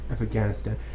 Afghanistan